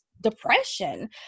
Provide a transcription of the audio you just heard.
depression